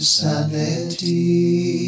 sanity